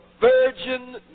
virgin